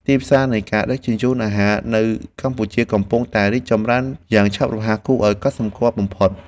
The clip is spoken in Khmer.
ទីផ្សារនៃការដឹកជញ្ជូនអាហារនៅកម្ពុជាកំពុងតែរីកចម្រើនយ៉ាងឆាប់រហ័សគួរឱ្យកត់សម្គាល់បំផុត។